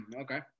Okay